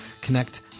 connect